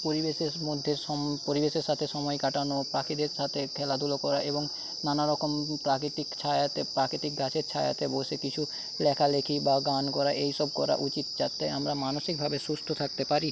পরিবেশের মধ্যে সম পরিবেশের সাথে সময় কাটানো পাখিদের সাথে খেলাধুলো করা এবং নানারকম প্রাকৃতিক ছায়াতে প্রাকৃতিক গাছের ছায়াতে বসে কিছু লেখালেখি বা গান করা এইসব করা উচিৎ যাতে আমরা মানসিকভাবে সুস্থ থাকতে পারি